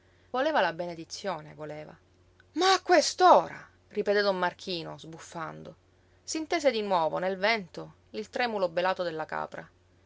voleva la benedizione voleva ma a quest'ora ripeté don marchino sbuffando s'intese di nuovo nel vento il tremulo belato della capra